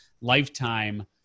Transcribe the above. lifetime